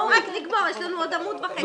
נגמור, יש לנו עמוד וחצי.